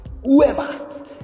Whoever